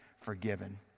forgiven